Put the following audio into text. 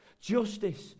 Justice